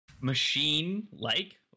machine-like